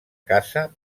caça